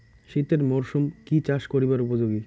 শীতের মরসুম কি চাষ করিবার উপযোগী?